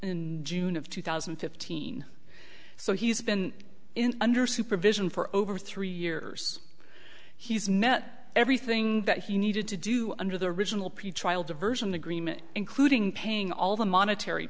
in june of two thousand and fifteen so he's been in under supervision for over three years he's met everything that he needed to do under the original pretrial diversion agreement including paying all the monetary